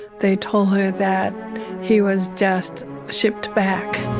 they told her that he was just shipped back